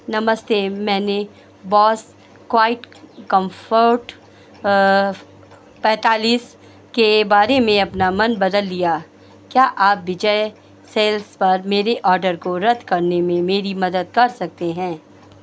नमस्ते मैंने Bose quiet comfort पैँतालिस के बारे में अपना मन बदल लिया क्या आप विजय सेल्स पर मेरे ऑर्डर को रद्द करने में मेरी मदद कर सकते हैं